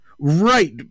Right